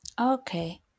Okay